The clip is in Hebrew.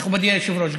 מכובדי היושב-ראש,